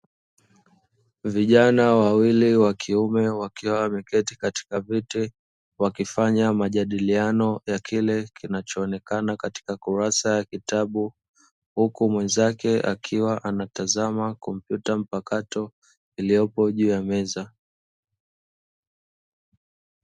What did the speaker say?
Vijana wawili wakiume wakiwa wameketi katika viti wakifanya majadiliano ya kile kinachoonekana katika kurasa ya kitabu, huku mwenzake akiwa anatazama kompyuta mpakato iliyopo juu ya meza.